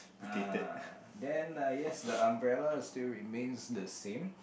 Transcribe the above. ah then uh yes the umbrella still remains the same